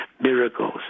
miracles